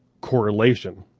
correlation.